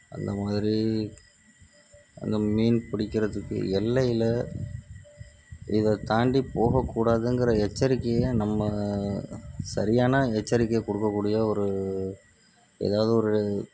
அந்த மாதிரி அந்த மீன் பிடிக்கிறதுக்கு எல்லையில் இதைத் தாண்டி போகக்கூடாதுங்கிற எச்சரிக்கையை நம்ம சரியான எச்சரிக்கையை கொடுக்கக்கூடிய ஒரு ஏதாவது ஒரு